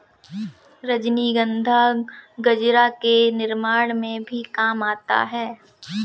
रजनीगंधा गजरा के निर्माण में भी काम आता है